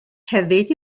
hefyd